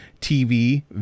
TV